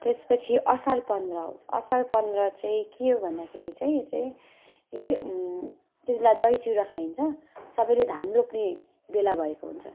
त्यसपछि असार पन्ध्र आउँछ असार पन्ध्र चाहिँ के हो भन्दाखेरि चाहिँ यो चाहिँ ए त्यति बेला दही चिउरा खाइन्छ सबैले धान रोप्ने बेला भएको हुन्छ